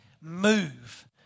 move